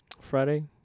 Friday